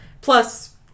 Plus